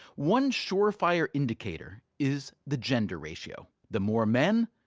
one surefire indicator is the gender ratio. the more men,